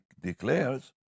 declares